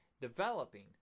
developing